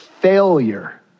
failure